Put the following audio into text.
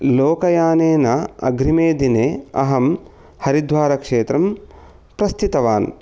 लोकायानेन अग्रिमे दिने अहं हरिद्वारक्षेत्रं प्रस्थितवान्